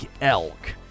elk